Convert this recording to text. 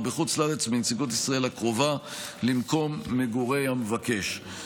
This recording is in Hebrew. או בחוץ לארץ בנציגות ישראל הקרובה למקום מגורי המבקש.